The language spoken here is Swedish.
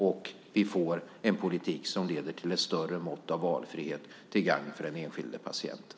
Det är en politik som leder till ett större mått av valfrihet till gagn för den enskilde patienten.